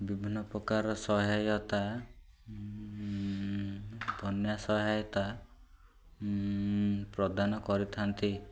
ବିଭିନ୍ନ ପ୍ରକାର ସହାୟତା ବନ୍ୟା ସହାୟତା ପ୍ରଦାନ କରିଥାନ୍ତି